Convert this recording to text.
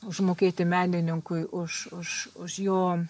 užmokėti menininkui už už už jo